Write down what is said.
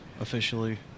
officially